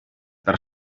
per